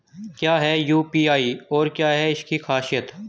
क्या है यू.पी.आई और क्या है इसकी खासियत?